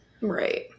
Right